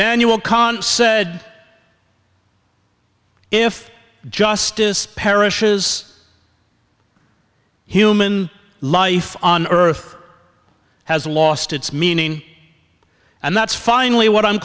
kahn said if justice parish is human life on earth has lost its meaning and that's finally what i'm